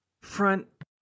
front